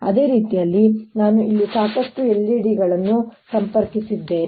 ಅದೇ ರೀತಿಯಲ್ಲಿ ನಾನು ಇಲ್ಲಿ ಸಾಕಷ್ಟು LEDಗಳನ್ನು ಸಂಪರ್ಕಿಸಿದ್ದೇನೆ